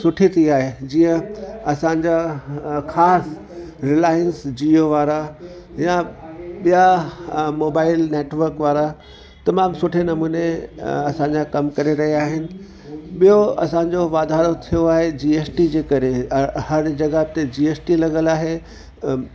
सुठी थी आहे जीअं असांजा ख़ासि रिलाइंस जीओ वारा या ॿिया मोबाईल नेटवर्क वारा तमामु सुठे नमूने असांजा कमु करे रहिया आहिनि ॿियो असांजो वाधारो थियो आहे जीएसटी जे करे हर हर जॻह ते जीएसटी आहे